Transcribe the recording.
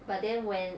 but then when